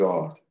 God